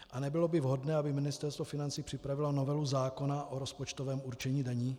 A nebylo by vhodné, aby Ministerstvo financí připravilo novelu zákona o rozpočtovém určení daní?